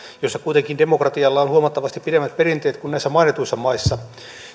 jossa kuitenkin demokratialla on huomattavasti pidemmät perinteet kuin näissä mainituissa maissa